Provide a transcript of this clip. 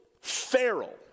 feral